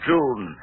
June